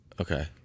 okay